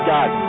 God